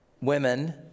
women